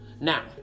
Now